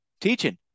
Teaching